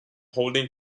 holding